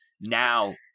now